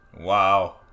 Wow